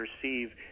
perceive